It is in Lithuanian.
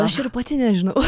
aš ir pati nežinau